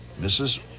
Mrs